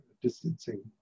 distancing